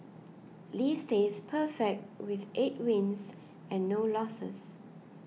lee stays perfect with eight wins and no losses